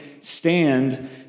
stand